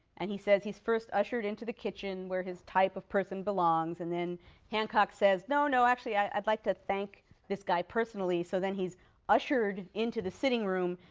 and he says he's first ushered into the kitchen where his type of person belongs and then hancock says, no, no. actually, i'd like to thank this guy personally so then he's ushered into the sitting room,